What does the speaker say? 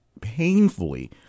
painfully